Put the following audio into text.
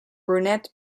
brunette